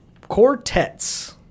quartets